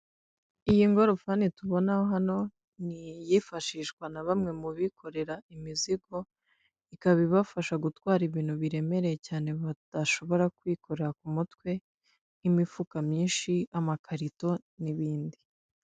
Iyi ngorofani tubona hano ni iyifashishwa na bamwe mu bikorera imizigo, ikaba ibafasha gutwara ibintu biremereye cyane badashobora kwikora ku mutwe nk'imifuka myinshi amakarito n'ibindi.